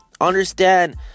Understand